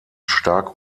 stark